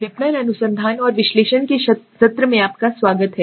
विपणन अनुसंधान और विश्लेषण के सत्र में आपका स्वागत है